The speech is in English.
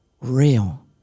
real